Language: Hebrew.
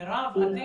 מרב,